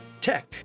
tech